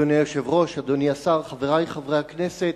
אדוני היושב-ראש, אדוני השר, חברי חברי הכנסת,